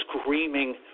screaming